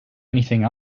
anything